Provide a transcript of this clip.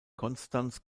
konstanz